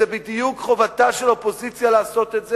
זה בדיוק חובתה של אופוזיציה לעשות את זה,